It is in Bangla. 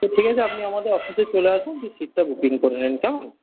তো ঠিক আছে আপনি আমাদের অফিসে চলে আসুন দিয়ে সিটটা বুকিং করে নেন কেমন